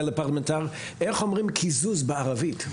אולי לפרלמנטר: איך אומרים קיזוז בערבית?